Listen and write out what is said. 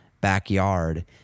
backyard